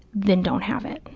then don't have it.